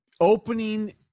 opening